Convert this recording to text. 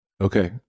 Okay